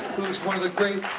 who's one of the great